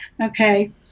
okay